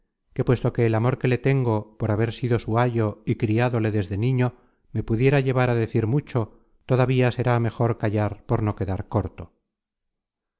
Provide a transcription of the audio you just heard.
que puesto que el amor que le tengo por haber sido su ayo y criadole desde niño me pudiera llevar á decir mucho todavía será mejor callar por no quedar corto